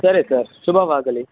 ಸರಿ ಸರ್ ಶುಭವಾಗಲಿ